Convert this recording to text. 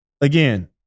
again